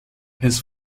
his